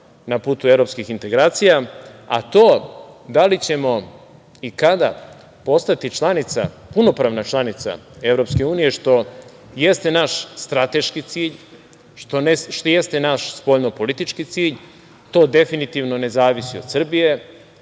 na putu evropskih integracija a to da li ćemo i kada postati članica, punopravna članica Evropske unije, što jeste naš strateški cilj, što jeste naš spoljno-politički cilj, to definitivno ne zavisi od Srbije,